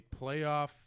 playoff –